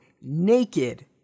naked